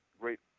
great